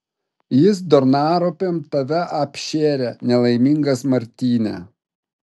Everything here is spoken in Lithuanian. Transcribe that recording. jis durnaropėm tave apšėrė nelaimingas martyne